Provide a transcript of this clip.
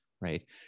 right